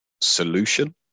solution